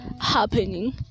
happening